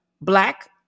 black